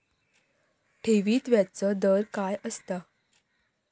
ठेवीत व्याजचो दर काय असता?